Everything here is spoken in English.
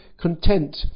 content